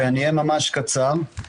אני אהיה ממש קצר.